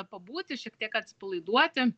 pabūti šiek tiek atsipalaiduoti